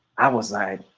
i was like,